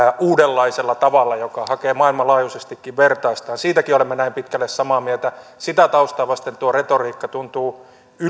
uudenlaisella tavalla joka hakee maailmanlaajuisestikin vertaistaan siitäkin olemme näin pitkälle samaa mieltä sitä taustaa vasten tuo retoriikka tuntuu